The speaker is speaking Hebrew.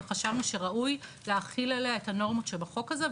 וחשבנו שראוי להחיל עליה את הנורמות שבחוק הזה.